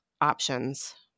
options